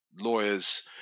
lawyers